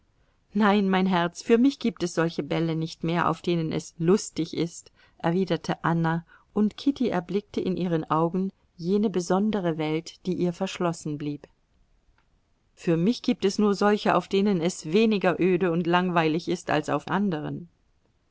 nein mein herz für mich gibt es solche bälle nicht mehr auf denen es lustig ist erwiderte anna und kitty erblickte in ihren augen jene besondere welt die ihr verschlossen blieb für mich gibt es nur solche auf denen es weniger öde und langweilig ist als auf anderen